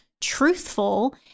truthful